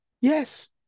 Yes